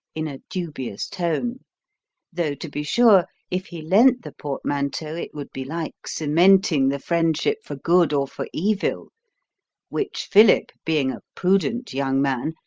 in a dubious tone though to be sure, if he lent the portmanteau, it would be like cementing the friendship for good or for evil which philip, being a prudent young man,